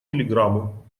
телеграмму